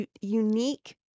unique